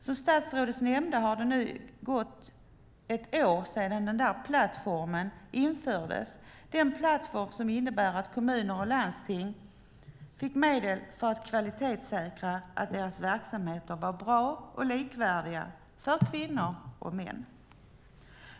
Som statsrådet nämnde har det nu gått ett år sedan man införde den plattform som innebär att kommuner och landsting fick medel för att kvalitetssäkra att deras verksamheter var bra och likvärdiga för kvinnor och män.